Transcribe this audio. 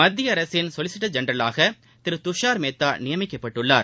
மத்தியஅரசின் சொலிசிட்டர் ஜெனரலாக திரு துஷார் மேத்தா நியமிக்கப்பட்டுள்ளார்